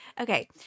Okay